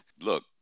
Look